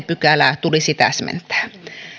pykälää tulisi täsmentää